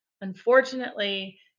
Unfortunately